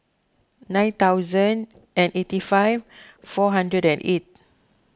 nine thousand and eighty five four hundred and eight